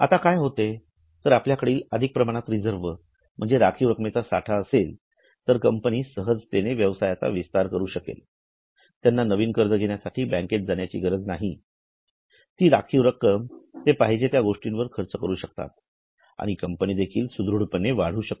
आता काय होते जर आपल्याकडे अधिक प्रमाणात रिजर्व म्हणजे राखीव रक्कमेचा साठा असेल तर कंपनी सहजतेने व्यवसायाचा विस्तारू शकेल त्यांना नवीन कर्ज घेण्यासाठी बँकेत जाण्याची गरज नाही ती राखीव रक्कम पाहिजे त्या गोष्टीवर खर्च करु शकतात आणि कंपनी देखील सुदृढपणे वाढू शकते